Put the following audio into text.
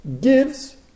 gives